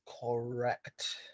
correct